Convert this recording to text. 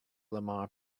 lamar